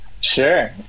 sure